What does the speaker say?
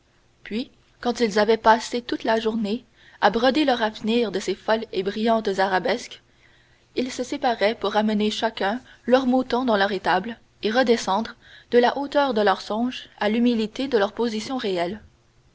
puis quand ils avaient passé toute la journée à broder leur avenir de ces folles et brillantes arabesques ils se séparaient pour ramener chacun leurs moutons dans leur étable et redescendre de la hauteur de leurs songes à l'humilité de leur position réelle